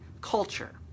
culture